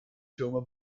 zomaar